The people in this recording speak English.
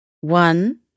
one